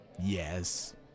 Yes